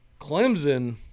Clemson